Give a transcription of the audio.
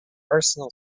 arsenal